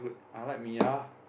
I like Miya